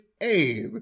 Abe